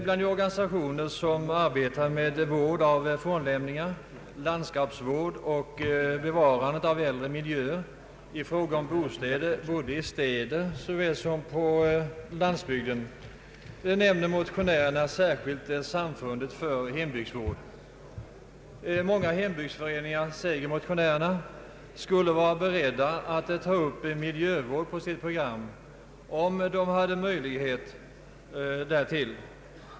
Bland de organisationer som arbetar med vård av fornlämningar, landskapsvård och bevarande av äldre miljöer i fråga om bostäder såväl i städer som på landsbygden nämner motionärerna särskilt Samfundet för hembygdsvård. Många hembygdsföreningar, säger motionärerna, skulle vara beredda att ta upp miljövård på sitt program, om de hade möjlighet därtill.